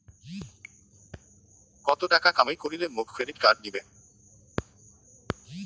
কত টাকা কামাই করিলে মোক ক্রেডিট কার্ড দিবে?